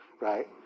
right